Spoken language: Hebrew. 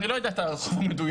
אני לא יודע את הרחוב המדויק,